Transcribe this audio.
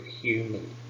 human